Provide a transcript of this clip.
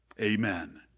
amen